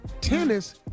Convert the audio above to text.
Tennis